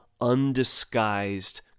undisguised